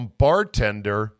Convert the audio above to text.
bartender